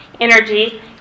energy